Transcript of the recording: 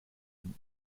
and